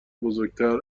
بزرگتر